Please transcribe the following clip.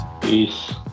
peace